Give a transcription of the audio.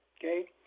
okay